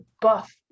buff